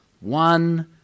one